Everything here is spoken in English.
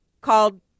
called